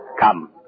Come